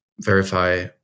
verify